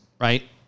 right